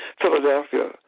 Philadelphia